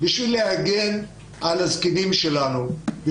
כדי להגן על הזקנים שלנו,